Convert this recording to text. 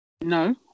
No